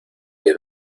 que